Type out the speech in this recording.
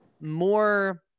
more